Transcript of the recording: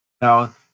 Now